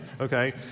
okay